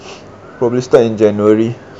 probably start in january